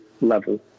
level